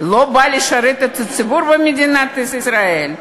לא בא לשרת את הציבור במדינת ישראל,